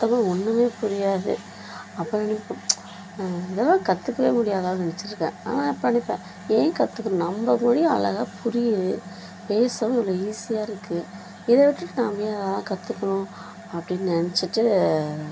சுத்தமாக ஒன்றுமே புரியாது அப்புறம் இதெல்லாம் கத்துக்கவே முடியாதானு நினைச்சிருக்கேன் ஆனால் இப்போ நினைப்பேன் ஏன் கத்துக்கணும் நம்ம மொழி அழகாக புரியுது பேசவும் இவ்வளோ ஈசியாக இருக்குது இதை விட்டுட்டு நாம் ஏன் அதெல்லாம் கத்துக்கணும் அப்படினு நினைச்சிட்டு